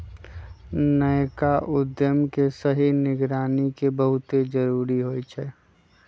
नयका उद्यम के सही निगरानी के बहुते जरूरी होइ छइ